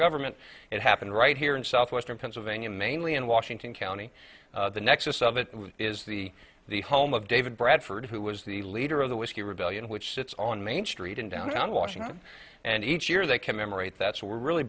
government it happened right here in southwestern pennsylvania mainly in washington county the nexus of it is the the home of david bradford who was the leader of the whiskey rebellion which sits on main street in downtown washington and each year they commemorate that so we're really